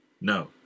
No